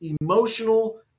emotional